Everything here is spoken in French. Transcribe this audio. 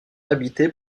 habité